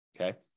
Okay